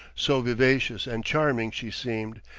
so vivacious and charming she seemed,